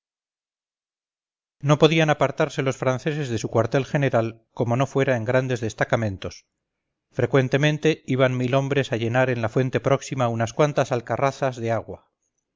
no podían apartarse los franceses de su cuartel general como no fuera en grandes destacamentos frecuentemente iban mil hombres a llenar en la fuente próxima unas cuantas alcarrazas de agua